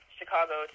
Chicago